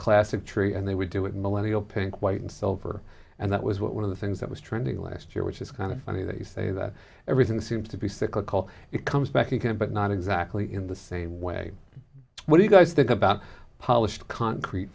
classic tree and they would do it millennial pink white and silver and that was one of the things that was trending last year which is kind of funny that you say that everything seems to be cyclical it comes back again but not exactly in the same way but you guys think about polished concrete